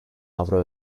avro